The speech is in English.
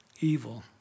evil